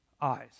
eyes